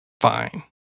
Fine